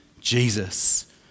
Jesus